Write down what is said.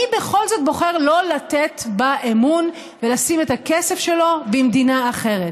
מי בכל זאת בוחר לא לתת בה אמון ולשים את הכסף שלו במדינה אחרת.